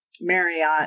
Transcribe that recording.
Marriott